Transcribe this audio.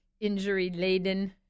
injury-laden